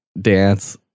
dance